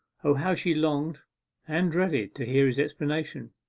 o, how she longed and dreaded to hear his explanation!